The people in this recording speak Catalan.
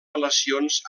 relacions